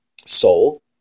soul